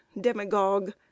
demagogue